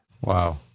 wow